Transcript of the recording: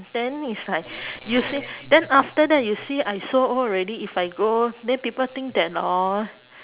then it's like you see then after that you see I so old already if I go then people think that hor